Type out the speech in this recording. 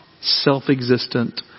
self-existent